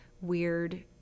weird